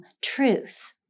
truth